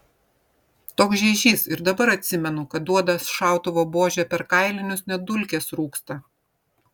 toks žeižys ir dabar atsimenu kad duoda šautuvo buože per kailinius net dulkės rūksta